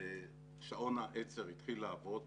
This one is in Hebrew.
שעון העצר התחיל לעבוד,